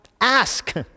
ask